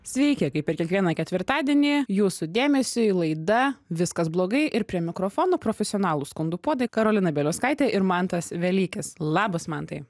sveiki kaip ir kiekvieną ketvirtadienį jūsų dėmesiui laida viskas blogai ir prie mikrofonų profesionalūs skundų puodai karolina bieliauskaitė ir mantas velykis labas mantai